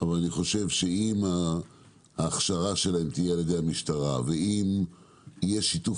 אבל אני חושב שאם ההכשרה שלהם תהיה על-ידי המשטרה ואם יהיה שיתוף